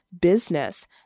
business